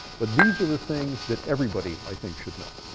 but these are the things that everybody i think should know.